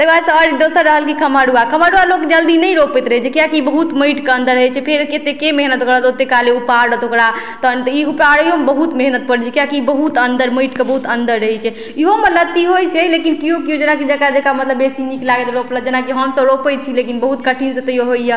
ताहि दुआरे तऽ आओर दोसर रहल कि खमहौर खमहौरो लोक जलदी नहि रोपैत रहै छै किए कि बहुत माटिके अन्दर होइ छै फेर कतेक के मेहनत करत ओतेक काले उपाड़त ओकरा तहन तऽ ई उपाड़ैयोमे बहुत मेहनत पड़ै छै किए कि बहुत अन्दर माटिके बहुत अन्दर रहै छै इहोमे लत्ती होइ छै लेकिन केओ कि जकरा कि जकरा जकरा मतलब बेसी नीक लागै छै रोपलक जेना कि हम तऽ रोपै छी लेकिन बहुत कठिन से तैयो होइए